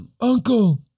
Uncle